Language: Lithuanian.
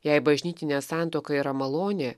jei bažnytinė santuoka yra malonė